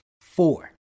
Four